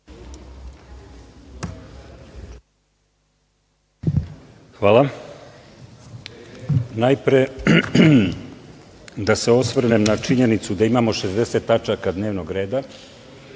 Hvala. Najpre da se osvrnem na činjenicu da imamo 60 tačaka dnevnog reda